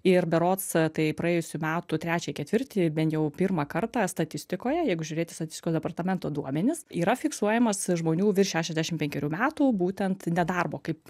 ir berods tai praėjusių metų trečią ketvirtį bent jau pirmą kartą statistikoje jeigu žiūrėti į statistikos departamento duomenis yra fiksuojamas žmonių virš šešiasdešim penkerių metų būtent nedarbo kaip